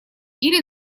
или